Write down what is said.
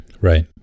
Right